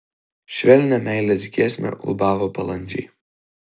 švelnią meilės giesmę ulbavo balandžiai